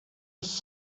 was